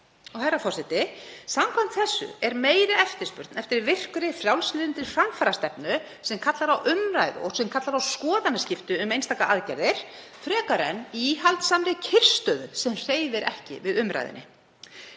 Herra forseti. Samkvæmt þessu er meiri eftirspurn eftir virkri, frjálslyndri framfarastefnu sem kallar á umræðu og skoðanaskipti um einstaka aðgerðir frekar en eftir íhaldssamri kyrrstöðu sem hreyfir ekki við umræðunni.